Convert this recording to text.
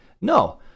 No